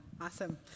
Awesome